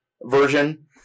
version